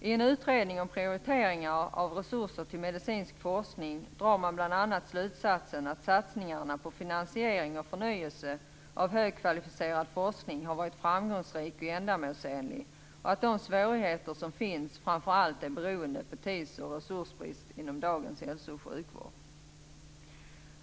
I en utredning om prioriteringar av resurser till medicinsk forskning drar man bl.a. slutsatsen att satsningarna på finansiering och förnyelse av högkvalificerad forskning har varit framgångsrik och ändamålsenlig och att de svårigheter som finns framför allt är beroende på tids och resursbrist inom dagens hälso och sjukvård.